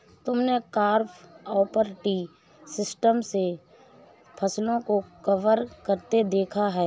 तुमने crop over tree system से फसलों को कवर करते देखा है क्या?